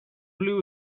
blew